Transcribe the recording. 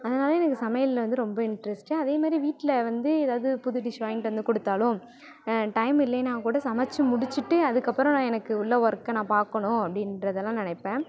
அதனால எனக்கு சமையல்ல வந்து ரொம்ப இன்ட்ரெஸ்ட்டு அதே மாரி வீட்டில வந்து எதாவது புது டிஷ் வாங்கிட்டு வந்து கொடுத்தாலும் டைம் இல்லைனா கூட சமைச்சி முடிச்சிட்டு அதுக்கப்பறம் நான் எனக்கு உள்ள ஒர்க்கை நான் பார்க்கணும் அப்படின்றதுலாம் நினைப்பேன்